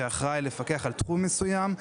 שאחראי לפקח על תחום מסוים,